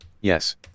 Yes